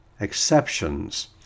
exceptions